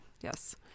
yes